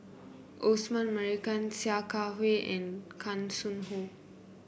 Osman Merican Sia Kah Hui and Hanson Ho